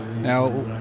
Now